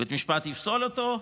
בית המשפט יפסול אותו,